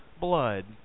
blood